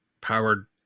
powered